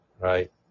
right